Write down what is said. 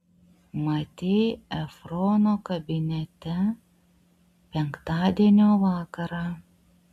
matei efrono kabinete penktadienio vakarą